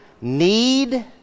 need